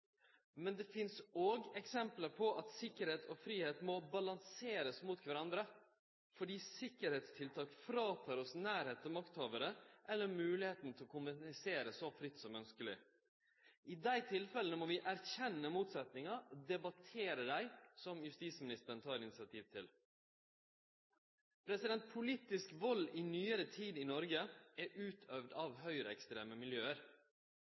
Men det finst òg eksempel på at sikkerheit og fridom må balanserast mot kvarandre, fordi sikkerheitstiltak fråtek oss nærleik til makthavarar, eller moglegheita til å kommunisere så fritt som ønskjeleg. I dei tilfella må vi erkjenne motsetningar og debattere dei, som justisministeren tek initiativ til. Politisk vald i nyare tid i Noreg er utøvd